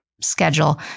schedule